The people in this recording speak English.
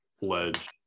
ledge